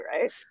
right